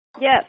Yes